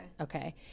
Okay